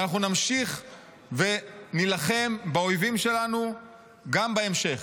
ואנחנו נמשיך ונילחם באויבים שלנו גם בהמשך.